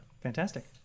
fantastic